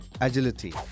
agility